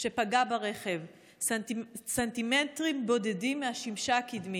שפגע ברכב סנטימטרים בודדים מהשמשה הקדמית.